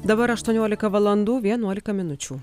dabar aštuoniolika valandų vienuolika minučių